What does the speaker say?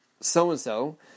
so-and-so